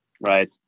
right